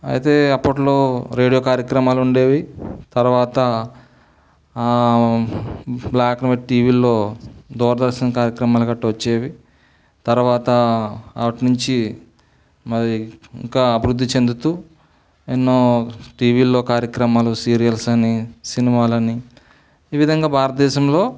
అయితే అప్పట్లో రేడియో కార్యక్రమాలు ఉండేవి తర్వాత బ్లాక్ అండ్ వైట్ టీవీల్లో దూరదర్శన్ కార్యక్రమాలు గట్రా వచ్చేవి తర్వాత అటు నుంచి మరి ఇంకా అభివృద్ధి చెందుతూ ఎన్నో టీవీల్లో కార్యక్రమాలు సీరియల్స్ అని సినిమాలు అని ఈ విధంగా భారతదేశంలో